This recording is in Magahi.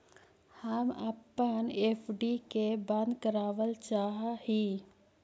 हम अपन एफ.डी के बंद करावल चाह ही